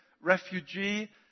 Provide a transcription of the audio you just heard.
refugee